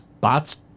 Bots